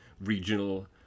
regional